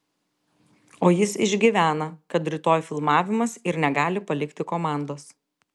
o jis išgyvena kad rytoj filmavimas ir negali palikti komandos